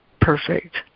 perfect